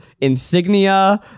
insignia